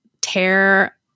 tear